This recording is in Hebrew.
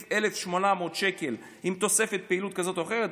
1,800 שקל עם תוספת פעילות כזו או אחרת,